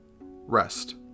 rest